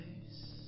place